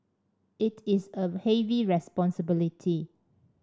it is a heavy responsibility